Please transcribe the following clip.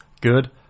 good